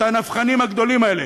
את הנבחנים הגדולים האלה,